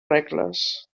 regles